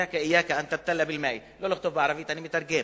ואני מתרגם: